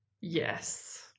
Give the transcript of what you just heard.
Yes